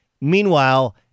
Meanwhile